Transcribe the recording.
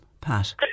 Pat